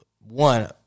one